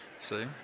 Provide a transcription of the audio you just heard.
See